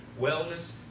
wellness